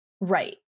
Right